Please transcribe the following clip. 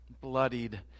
bloodied